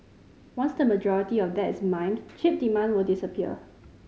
once the majority of that is mined chip demand will disappear